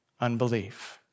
unbelief